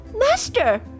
Master